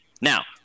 Now